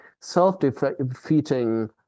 self-defeating